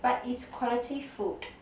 but is quality food